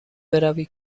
بروی